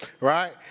right